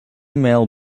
male